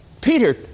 Peter